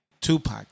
Tupac